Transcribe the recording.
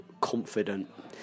confident